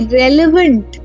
relevant